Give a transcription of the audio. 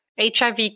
HIV